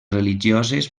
religioses